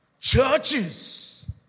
Churches